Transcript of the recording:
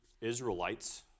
Israelites